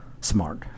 smart